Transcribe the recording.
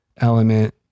element